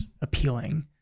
appealing